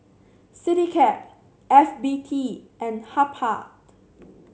Citycab F B T and Habhal